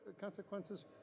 consequences